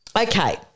Okay